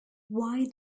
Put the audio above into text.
why